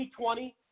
2020